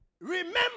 remember